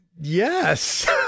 Yes